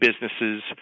businesses